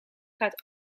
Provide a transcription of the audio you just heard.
gaat